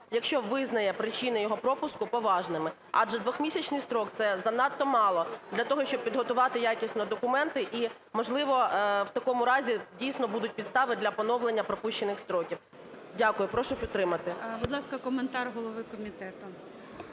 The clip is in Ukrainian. якщо визнає причини його пропуску поважними, адже двохмісячний строк – це занадто мало для того, щоб підготувати якісно документи, і, можливо, в такому разі дійсно будуть підстави для поновлення пропущених строків. Дякую. Прошу підтримати. ГОЛОВУЮЧИЙ. Будь ласка, коментар голови комітету.